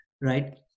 right